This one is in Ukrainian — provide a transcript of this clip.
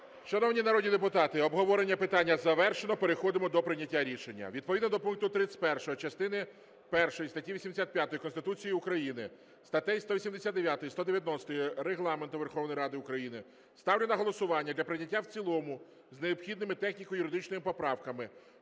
Шановні народні депутати, обговорення питання завершено. Переходимо до прийняття рішення. Відповідно до 31 частини першої статті 85 Конституції України, статей 189, 190 Регламенту Верховної Ради України ставлю на голосування для прийняття в цілому з необхідними техніко-юридичними поправками